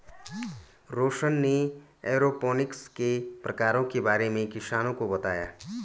रौशन ने एरोपोनिक्स के प्रकारों के बारे में किसानों को बताया